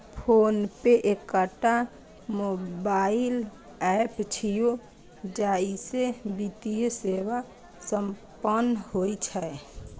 PhonePe एकटा mobile app छियै, जइसे वित्तीय सेवा संपन्न होइ छै